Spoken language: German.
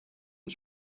und